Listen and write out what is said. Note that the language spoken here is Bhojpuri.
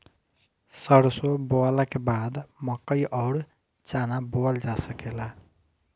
सरसों बोअला के बाद मकई अउर चना बोअल जा सकेला